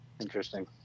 Interesting